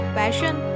passion